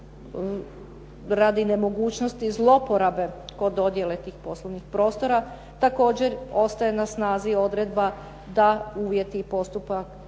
radi nemogućnosti zloporabe kod dodjele tih poslovnih prostora. Također ostaje na snazi odredba, da uvjeti i postupak